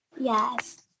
yes